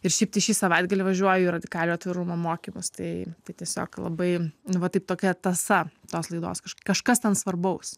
ir šiaip tai šį savaitgalį važiuoju į radikaliojo atvirumo mokymus tai tai tiesiog labai va taip tokia tąsa tos laidos kažkas ten svarbaus